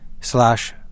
slash